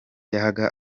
yahaga